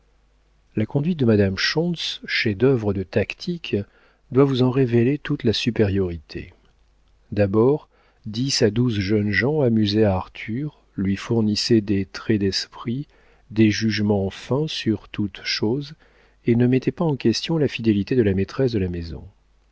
la conduite de madame schontz chef-d'œuvre de tactique doit vous en révéler toute la supériorité d'abord dix à douze jeunes gens amusaient arthur lui fournissaient des traits d'esprit des jugements fins sur toutes choses et ne mettaient pas en question la fidélité de la maîtresse de la maison